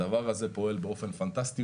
הדבר הזה פועל באופן פנטסטי,